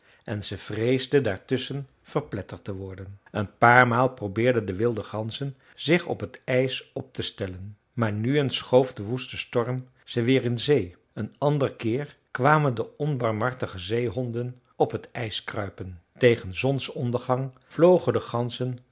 en ze vreesde daartusschen verpletterd te worden een paar maal probeerden de wilde ganzen zich op het ijs op te stellen maar nu eens schoof de woeste storm ze weer in zee een ander keer kwamen de onbarmhartige zeehonden op het ijs kruipen tegen zonsondergang vlogen de ganzen